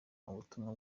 ubutumwa